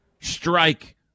strike